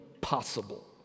possible